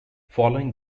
following